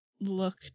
look